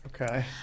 Okay